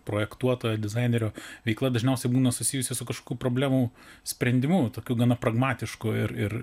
projektuotojo dizainerio veikla dažniausiai būna susijusi su kažkokių problemų sprendimu tokiu gana pragmatišku ir ir